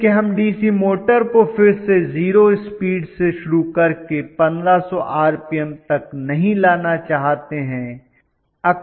क्योंकि हम DC motor को फिर से 0 स्पीड से शुरू करके 1500 आरपीएम तक नहीं लाना चाहते हैं